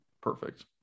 Perfect